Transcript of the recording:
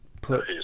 put